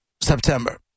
September